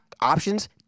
options